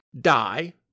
die